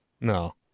No